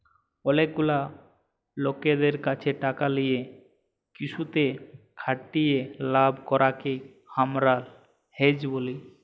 অলেক গুলা লকদের ক্যাছে টাকা লিয়ে কিসুতে খাটিয়ে লাভ করাককে হামরা হেজ ব্যলি